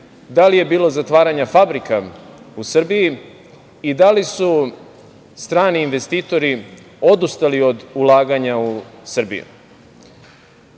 Da li je bilo zatvaranja fabrika u Srbiji? Da li su strani investitori odustali od ulaganja u Srbiju? Nije